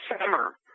summer